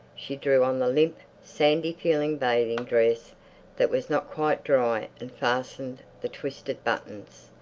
she drew on the limp, sandy-feeling bathing-dress that was not quite dry and fastened the twisted buttons.